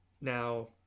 Now